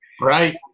right